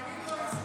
היוונים לא הצליחו.